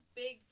big